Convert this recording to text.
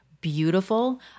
beautiful